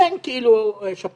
כן, כאילו שפעת.